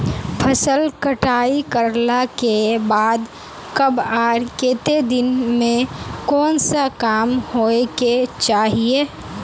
फसल कटाई करला के बाद कब आर केते दिन में कोन सा काम होय के चाहिए?